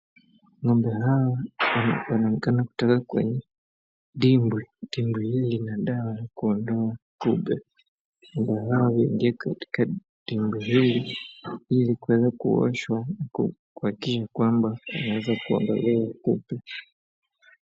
Ng'ombe hawa wanaonekana kutoka kwenye dimbwi. Dimbwi hili lina dawa ya kutoa kupe. Wanaingia katika kidimbwi hii ili kuoshawa kuhakikisha kwamba wameeza kuondolewa hizo vitu.